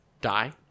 die